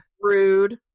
Rude